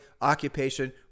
occupation